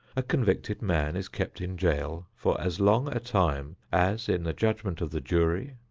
a convicted man is kept in jail for as long a time as in the judgment of the jury,